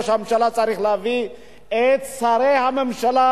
ראש הממשלה צריך להביא את שרי הממשלה,